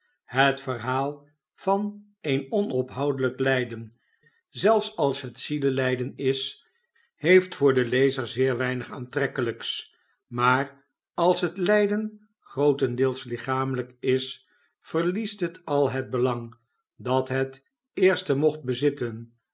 het verhaal van een onophoudelljk lijden zelfs als het zielelijden is heeft voor den lezer zeer weinig aantrekkelijks maar als het lijden grootendeels lichamelijk is verliest het al het belang dat het eerste mocht bezitten